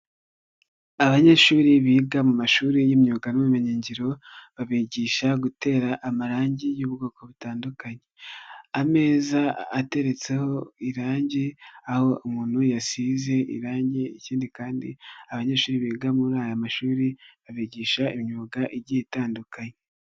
Abanyeshuri biga mu mashuri y'imyuga n'ubumenyingiro babigisha gutera amarangi y'ubwoko butandukanye. Ameza ateretseho irangi aho umuntu yasize irangi ikindi kandi abanyeshuri biga muri aya mashuri babigisha imyuga igiye itandukanye.